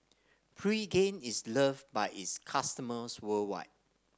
Pregain is love by its customers worldwide